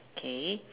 K